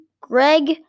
Greg